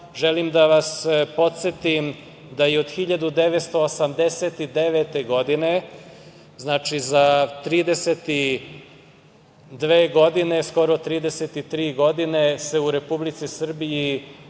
Želim da vas podsetim da su se od 1989. godine, znači za 32 godine, skoro 33 godine, u Republici Srbiji